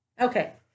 Okay